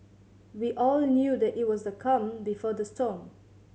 we all knew that it was the calm before the storm